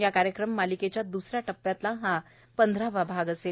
या कार्यक्रम मालिकेच्या द्सऱ्या टप्प्यातला हा पंधरावा भाग असेल